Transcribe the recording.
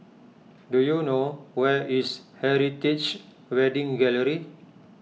do you know where is Heritage Wedding Gallery